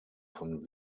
von